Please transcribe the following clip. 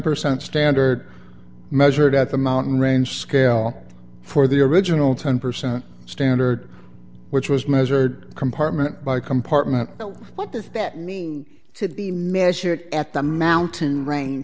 percent standard measured at the mountain range scale for the original ten percent standard which was measured compartment by compartment but what does that mean to be measured at the mountain range